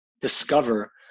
discover